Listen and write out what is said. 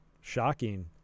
shocking